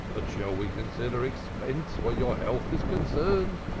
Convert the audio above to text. but shall we consider expense where your health is concerned?